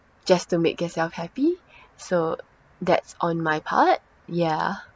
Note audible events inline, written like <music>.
just to make yourself happy <breath> so that's on my part yeah